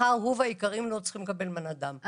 מחר הוא והיקרים לו צריכים לקבל מנת דם.